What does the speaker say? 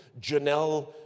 Janelle